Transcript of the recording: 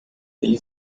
ele